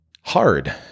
hard